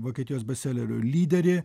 vokietijos bestselerių lyderį